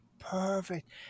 Perfect